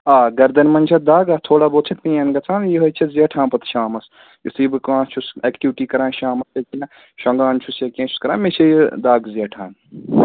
آ گَردَن منٛز چھَ دَگ آ تھوڑا بہت چھِ پین گژھان یِہے چھَس زیٹھان پَتہٕ شامَس یُتھُے بہٕ کانٛہہ چھُس ایٚکٹِوِٹی کَران شامَس یا کیٚنٛہہ شۄنٛگان چھُس یا کیٚنٛہہ چھُس کَران مےٚ چھےٚ یہِ دَگ زیٹھان